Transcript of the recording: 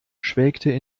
schwelgte